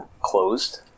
Closed